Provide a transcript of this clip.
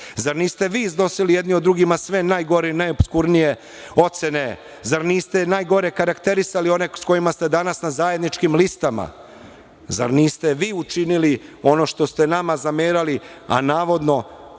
Zar niste vi iznosili jedni o drugima sve najgore i najopsurnije ocene? Zar niste najgore karakterisali one sa kojima ste danas na zajedničkim listama? Zar niste vi učinili ono što ste nama zamerali, a navodno